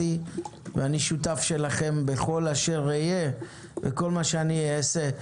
אני שותף לכם בכל אשר אהיה ובכל שאעשה.